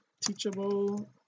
teachable